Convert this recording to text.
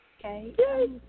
Okay